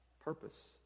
purpose